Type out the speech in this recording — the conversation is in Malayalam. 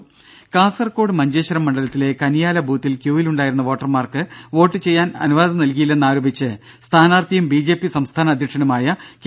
രും കാസർകോട് മഞ്ചേശ്വരം മണ്ഡലത്തിലെ കനിയാല ബൂത്തിൽ ക്യൂവിലുണ്ടായിരുന്ന വോട്ടർമാർക്ക് വോട്ട് ചെയ്യാൻ അനുവദിച്ചില്ലെന്ന് ആരോപിച്ച് സ്ഥാനാർത്ഥിയും ബിജെപി സംസ്ഥാന പ്രസിഡന്റുമായ കെ